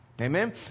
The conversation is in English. Amen